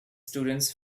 students